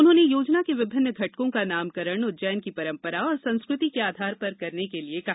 उन्होंने योजना के विभिन्न घटकों का नामकरण उज्जैन की परम्परा एवं संस्कृति के आधार पर करने के लिये कहा